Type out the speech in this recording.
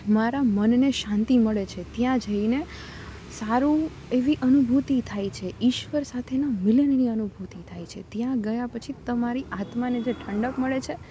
મારા મનને શાંતિ મળે છે ત્યાં જઈને સારું એવી અનુભૂતિ થાય છે ઈશ્વર સાથેના મિલનની અનુભૂતિ થાય છે ત્યાં ગયા પછી તમારી આત્માને જે ઠંડક મળે છે